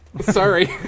Sorry